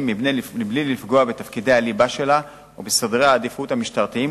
בלי לפגוע בתפקידי הליבה שלה ובסדרי העדיפות המשטרתיים,